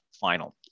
final